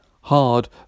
Hard